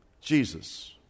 Jesus